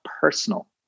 personal